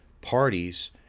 parties